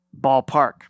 Ballpark